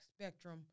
spectrum